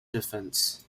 defense